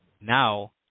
now